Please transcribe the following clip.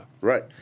Right